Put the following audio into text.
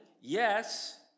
yes